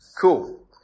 Cool